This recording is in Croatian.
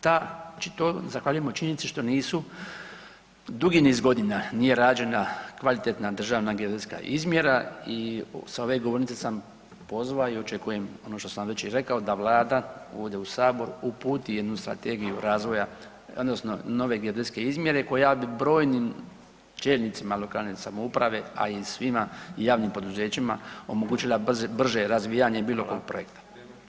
To zahvaljujemo činjenici što nisu dugi niz godina nije rađena kvalitetna državna geodetska izmjera i sa ove govornice sam pozvao i očekujem ono što sam već i rekao da Vlada ovdje u Sabor uputi jednu strategiju razvoja odnosno nove geodetske izmjere koja bi brojnim čelnicima lokalne samouprave, a i svima javnim poduzećima omogućila brže razvijanje bilo kojeg projekta.